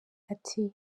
ati